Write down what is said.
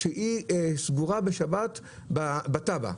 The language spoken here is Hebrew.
היא סגורה בשבת בתב"ע.